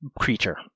creature